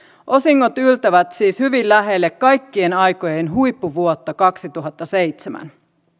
osingot yltävät siis hyvin lähelle kaikkien aikojen huippuvuotta kaksituhattaseitsemän